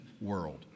world